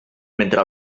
mentre